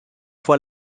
foy